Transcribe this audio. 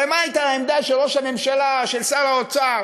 הרי מה הייתה העמדה של ראש הממשלה, של שר האוצר?